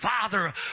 Father